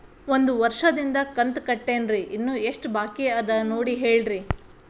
ಒಂದು ವರ್ಷದಿಂದ ಕಂತ ಕಟ್ಟೇನ್ರಿ ಇನ್ನು ಎಷ್ಟ ಬಾಕಿ ಅದ ನೋಡಿ ಹೇಳ್ರಿ